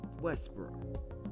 Westbrook